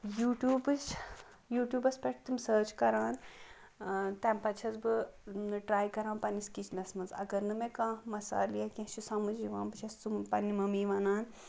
یوٗٹیٛوٗبٕچ یوٗٹیوٗبَس پیٚٹھ تِم سٔرٕچ کَران تَمہِ پَتہٕ چھَس بہٕ ٹرٛے کَران پَنٕنِس کِچنَس مَنٛز اگر نہٕ مےٚ کانٛہہ مَسالہٕ یا کیٚنٛہہ چھُ سمٕج یِوان بہٕ چھَس سُہ پَنٕنہِ ممی وَنان